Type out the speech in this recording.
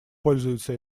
пользуется